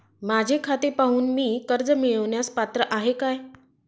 माझे खाते पाहून मी कर्ज मिळवण्यास पात्र आहे काय?